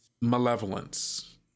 malevolence